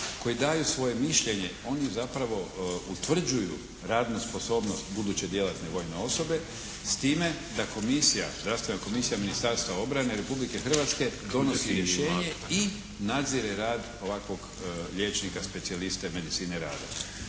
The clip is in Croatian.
koji daju svoje mišljenje. Oni zapravo utvrđuju radnu sposobnost buduće djelatne vojne osobe s time da komisija, Zdravstvena komisija Ministarstva obrane Republike Hrvatske donosi rješenje i nadzire rad ovakvog liječnika specijaliste medicine rada.